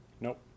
Nope